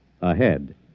ahead